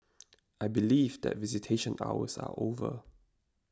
I believe that visitation hours are over